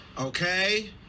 Okay